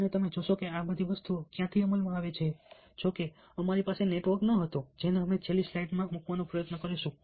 તો તમે જોશો કે આ બધી વસ્તુઓ ક્યાંથી અમલમાં આવે છે જો કે અમારી પાસે નેટવર્ક ન હોઈ શકે જેને અમે છેલ્લી સ્લાઇડમાં મૂકવાનો પ્રયત્ન કરીશું